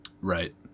Right